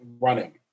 running